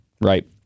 right